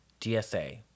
DSA